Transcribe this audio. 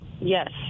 Yes